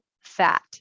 fat